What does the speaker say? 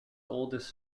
oldest